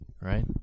Right